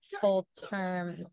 full-term